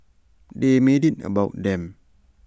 they made IT about them